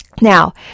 Now